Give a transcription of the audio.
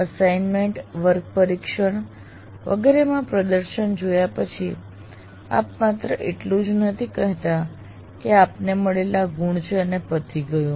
assignment વર્ગ પરીક્ષણ વગેરેમાં પ્રદર્શન જોયા પછી આપ માત્ર એટલું જ નથી કહેતા કે આ આપને મળેલા ગુણ છે અને પતી ગયું